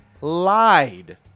lied